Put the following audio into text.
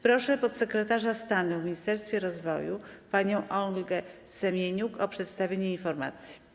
Proszę podsekretarza stanu w Ministerstwie Rozwoju panią Olgę Semeniuk o przedstawienie informacji.